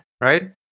right